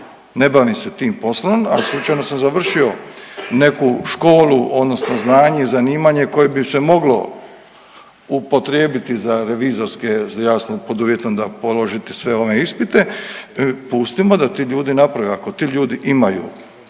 ne bavim se tim poslom, ali slučajno sam završio neku školu odnosno znanje i zanimanje koje bi se moglo upotrijebiti za revizorske, jasno pod uvjetom da položite sve one ispite, pustimo da ti ljudi naprave, ako ti ljudi imaju